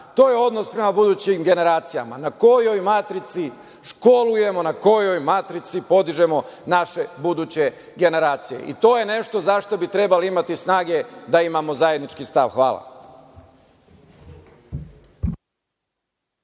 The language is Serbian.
To je odnos prema budućim generacijama na kojoj matrici školujemo, na kojoj matrici podižemo naše buduće generacije. To je nešto za šta bi trebali imati snage da imamo zajednički stav. Hvala.